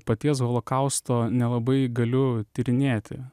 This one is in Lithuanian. paties holokausto nelabai galiu tyrinėti